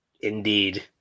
Indeed